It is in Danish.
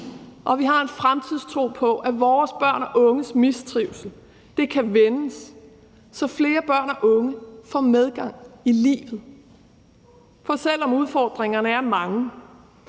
og vi har en fremtidstro på, at vores børn og unges mistrivsel kan vendes, så flere børn og unge får medgang i livet. For selv om udfordringerne er mange,